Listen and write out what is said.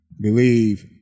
believe